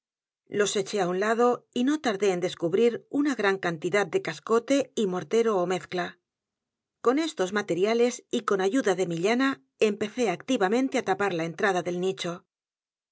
los eché á un lado y no tardé en descubrir una gran cantidad de cascote y mortero ó mezcla con estos materiales y con ayuda de mi llana empecé activamente á tapar la entrada del nicho